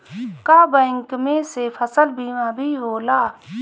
का बैंक में से फसल बीमा भी होला?